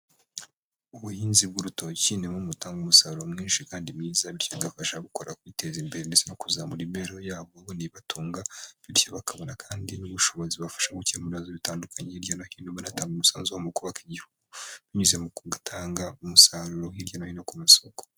Ubuhinzi bw'uruto ni bumwe mu butanga umusaruro mwinshi kandi mwiza bityo bigafasha gukora kwiteza imbere ndetse no kuzamura beho yabobatunga bityo bakabona kandi n'ubushobozi bubafasha gukemura ibibazo bitandukanye hirya no hino badatangaze umusanzu wa mu kubaka igihugu, binyuze mu gutanga umusaruro hirya no hino ku masoko.